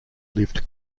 lived